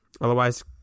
Otherwise